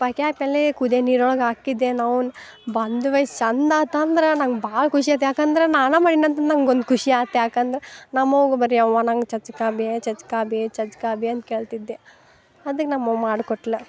ತುಪ್ಪಾಕಿ ಆದ್ಮೇಲೆ ಕುದಿಯ ನೀರೊಳಗೆ ಹಾಕಿದ್ದೆ ನೌನ್ ಬಂದ್ವೆ ಎಷ್ಟು ಚಂದಾತಂದ್ರೆ ನಂಗೆ ಭಾಳ ಖುಷಿಯಾತು ಯಾಕಂದ್ರೆ ನಾನಾ ಮಾಡಿನಂತ ನಂಗೊಂದು ಖುಷಿಯಾತು ಯಾಕಂದ್ರೆ ನಮ್ಮವ್ವಗೆ ಬರಿ ಯವ್ವಾ ನಂಗೆ ಚಚ್ಚಿಕಾಬೇ ಚಚ್ಕಾಬೇ ಚಚ್ಕಾಬೇ ಅಂತ ಕೇಳ್ತಿದ್ದೆ ಅದಕ್ಕೆ ನಮ್ಮವ್ವ ಮಾಡ್ಕೊಟ್ಲು